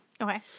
Okay